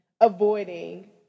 avoiding